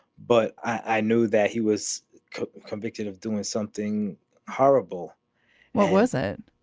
but i knew that he was convicted of doing something horrible well, it wasn't.